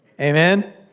Amen